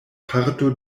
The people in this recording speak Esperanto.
parto